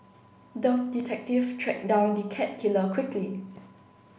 the detective tracked down the cat killer quickly